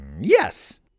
yes